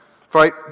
fight